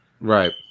Right